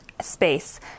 space